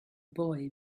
boy